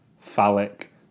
phallic